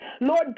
Lord